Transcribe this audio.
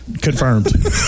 Confirmed